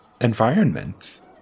environments